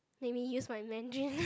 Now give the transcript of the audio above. make me use my Mandarin